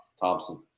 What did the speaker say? Thompson